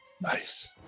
Nice